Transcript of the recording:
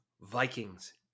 Vikings